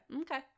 Okay